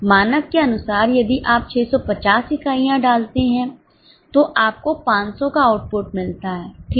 मानक के अनुसार यदि आप 650 इकाइयां डालते हैं तो आपको 500 का आउटपुट मिलता है ठीक